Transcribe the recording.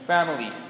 Family